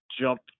jump